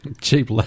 Cheap